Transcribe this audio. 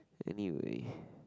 anyway